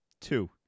Two